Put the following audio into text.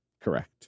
correct